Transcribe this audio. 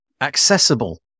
Accessible